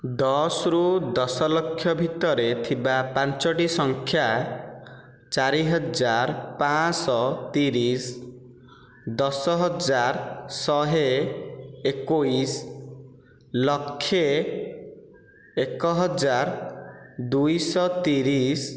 ଦଶ ରୁ ଦଶ ଲକ୍ଷ ଭିତରେ ଥିବା ପଞ୍ଚୋଟି ସଂଖ୍ୟା ଚାରି ହଜାର ପାଞ୍ଚଶହ ତିରିଶ ଦଶ ହଜାର ଶହେ ଏକୋଇଶ ଲକ୍ଷେ ଏକ ହଜାର ଦୁଇଶହ ତିରିଶ